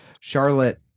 Charlotte